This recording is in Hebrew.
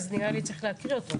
נראה לי שצריך להקריא אותו,